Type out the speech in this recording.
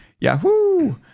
Yahoo